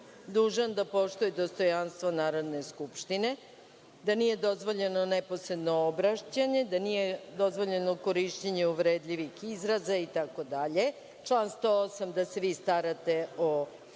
dužan da poštuje dostojanstvo Narodne skupštine, da nije dozvoljeno neposredno obraćanje, da nije dozvoljeno korišćenje uvredljivih izraza, itd. Član 108. – da se vi starate o